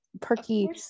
perky